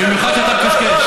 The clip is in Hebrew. במיוחד כשאתה מקשקש.